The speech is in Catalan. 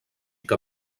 que